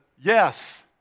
yes